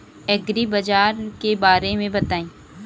एग्रीबाजार के बारे में बताई?